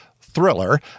thriller